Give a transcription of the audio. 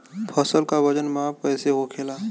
फसल का वजन माप कैसे होखेला?